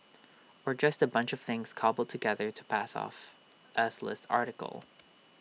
or just A bunch of things cobbled together to pass off as list article